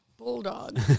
Bulldog